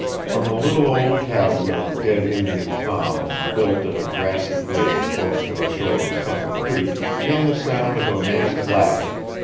from the little old cabin of dead indian tom, built in a grassy glade close to the shore of sucker creek, came the sound of a man's laughter.